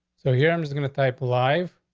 so here, i'm just going to type alive.